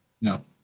No